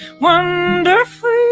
wonderfully